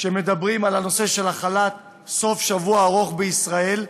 שמדברים על הנושא של החלת סוף שבוע ארוך בישראל,